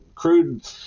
crude